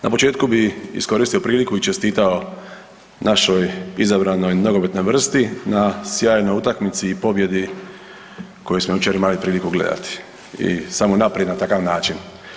Na početku bih iskoristio priliku i čestitao našoj izabranoj nogometnoj vrsti na sjajnoj utakmici i pobjedi koju smo jučer imali priliku gledati i samo naprijed na takav način.